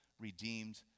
redeemed